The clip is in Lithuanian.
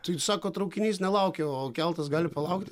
tai sakot traukinys nelaukia o keltas gali palaukt